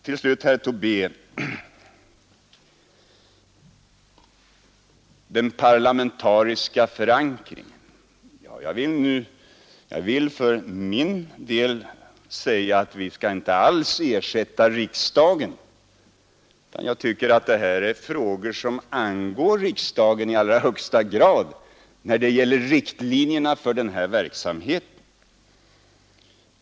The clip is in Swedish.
Till sist vill jag till herr Tobé beträffande den parlamentariska förankringen säga för min del att vi inte alls skall ersätta riksdagen. Jag tycker att frågor om riktlinjerna för denna verksamhet angår riksdagen i allra högsta grad.